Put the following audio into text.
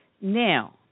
now